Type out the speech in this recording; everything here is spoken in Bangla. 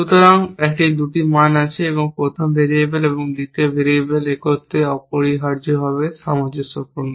সুতরাং একটি 2 মান আছে প্রথম ভেরিয়েবল এবং দ্বিতীয় ভেরিয়েবল একত্রে অপরিহার্যভাবে সামঞ্জস্যপূর্ণ